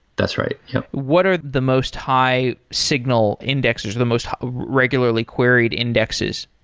that's right. yeah what are the most high signal indexes, or the most regularly queried indexes?